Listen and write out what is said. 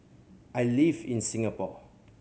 I live in Singapore